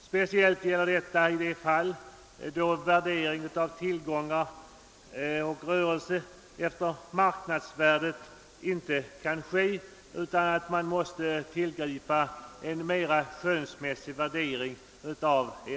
Särskilt gäller detta i de fall då värdering av tillgångar och rörelse efter marknadsvärdet inte kan äga rum, varför en mera skönsmässig värdering måste tillgripas.